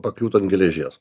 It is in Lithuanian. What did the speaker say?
pakliūtų ant geležies